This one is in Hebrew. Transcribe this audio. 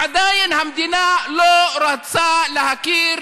עדיין המדינה לא רוצה להכיר